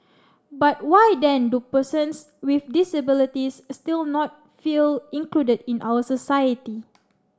but why then do persons with disabilities still not feel included in our society